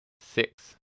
Six